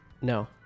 No